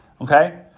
Okay